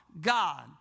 God